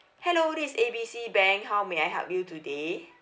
hello this is A B C bank how may I help you today